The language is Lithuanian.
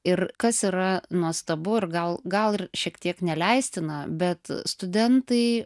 ir kas yra nuostabu ir gal gal ir šiek tiek neleistina bet studentai